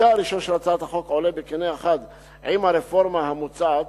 חלקה הראשון של הצעת החוק עולה בקנה אחד עם הרפורמה המוצעת,